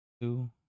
Two